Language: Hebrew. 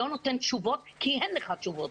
לא נותן תשובות כי אין לך תשובות.